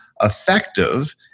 effective